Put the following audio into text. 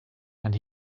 and